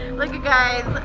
like ah guys,